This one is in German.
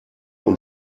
und